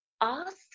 ask